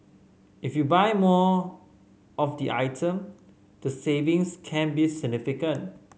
if you buy more of the item the savings can be significant